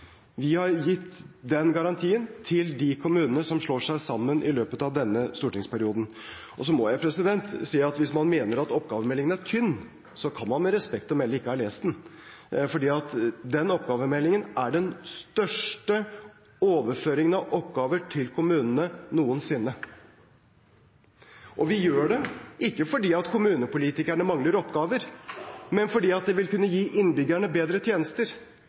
Vi har gitt den garantien til de kommunene som slår seg sammen i løpet av denne stortingsperioden. Så må jeg si at hvis man mener at oppgavemeldingen er tynn, kan man med respekt å melde ikke ha lest den. Oppgavemeldingen innebærer den største overføringen av oppgaver til kommunene noensinne. Vi gjør det ikke fordi kommunepolitikerne mangler oppgaver, men fordi det vil kunne gi innbyggerne bedre tjenester.